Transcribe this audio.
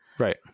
Right